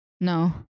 No